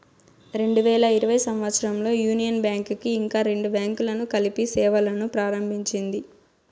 రెండు వేల ఇరవై సంవచ్చరంలో యూనియన్ బ్యాంక్ కి ఇంకా రెండు బ్యాంకులను కలిపి సేవలును ప్రారంభించింది